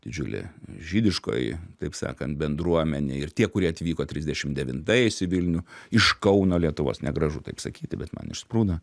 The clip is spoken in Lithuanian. didžiulė žydiškoji taip sakant bendruomenė ir tie kurie atvyko trisdešimt devintais į vilnių iš kauno lietuvos negražu taip sakyti bet man išsprūdo